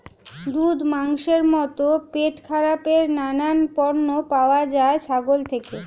দুধ, মাংসের মতো পেটখারাপের নানান পণ্য পাওয়া যায় ছাগল থেকে